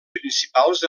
principals